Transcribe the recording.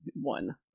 One